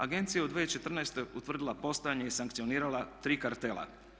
Agencija je u 2014. utvrdila postojanje i sankcionirala 3 kartela.